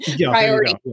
priority